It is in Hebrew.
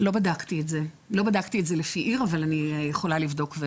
לא בדקתי את זה לפי עיר אבל אני יכולה לבדוק.